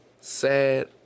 sad